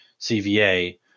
cva